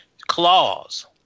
Claws